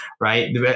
right